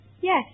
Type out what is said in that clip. Yes